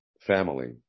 family